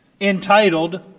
entitled